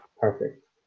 Perfect